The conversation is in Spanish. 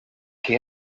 que